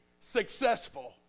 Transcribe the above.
successful